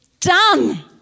done